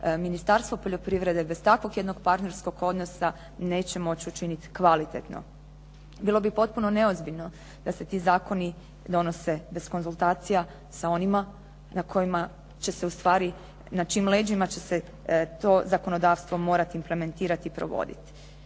Ministarstvo poljoprivrede bez takvog jednog partnerskog odnosa neće moći učiniti kvalitetno. Bilo bi potpuno neozbiljno da se ti zakoni donose bez konzultacija sa onima na čijim će se leđima to zakonodavstvo morati implementirati i provoditi.